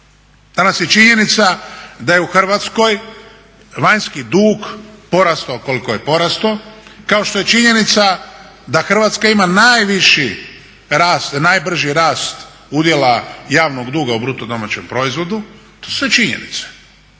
danas je činjenica da je u Hrvatskoj vanjski dug porastao koliko je porastao, kao što je činjenica da Hrvatska ima najviši rast, najbrži rasta udjela javnog duga u BDP-u. To su sve činjenice,